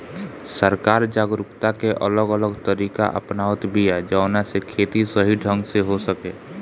सरकार जागरूकता के अलग अलग तरीका अपनावत बिया जवना से खेती सही ढंग से हो सके